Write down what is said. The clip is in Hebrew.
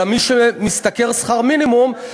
אלא מי שמשתכר שכר מינימום,